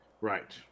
Right